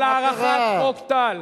על הארכת חוק טל.